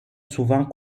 souvent